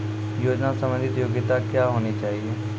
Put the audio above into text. योजना संबंधित योग्यता क्या होनी चाहिए?